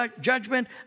judgment